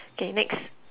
K next